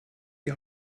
die